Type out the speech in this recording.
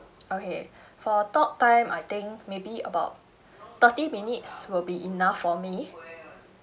okay for talktime I think maybe about thirty minutes will be enough for me